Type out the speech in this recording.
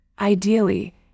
Ideally